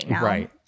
right